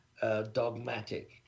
dogmatic